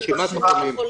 את רשימת החולים.